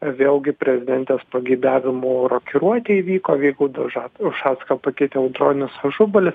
vėlgi prezidentės pageidavimu rokiruotė įvyko vygaudui ušackui ušacką pakeitė audronius ažubalis